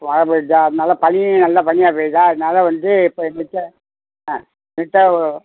மழை பெஞ்சிச்சா நல்ல பனி நல்ல பனியாக பெய்யுதா அதனால வந்து இப்போ என் கிட்டே ஆ என்கிட்ட